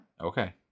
okay